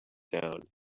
down